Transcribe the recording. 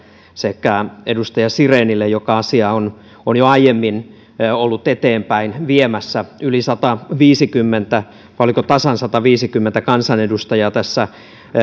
sekä edustaja sirenille joka asiaa on on jo aiemmin ollut eteenpäin viemässä yli sataviisikymmentä vai oliko tasan sataviisikymmentä kansanedustajaa tässä